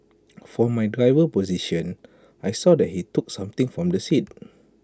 from my driver's position I saw that he took something from the seat